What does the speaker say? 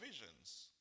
visions